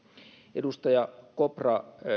edustaja kopra